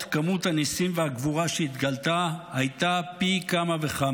כמות הניסים והגבורה שהתגלתה הייתה פי כמה וכמה.